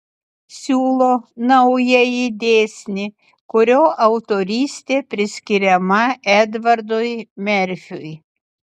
siūlo naująjį dėsnį kurio autorystė priskiriama edvardui merfiui